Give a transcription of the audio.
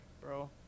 bro